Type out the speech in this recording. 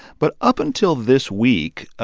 but up until this week,